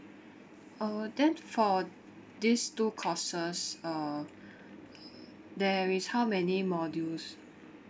uh then for these two courses uh there is how many modules